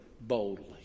boldly